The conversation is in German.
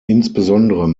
insbesondere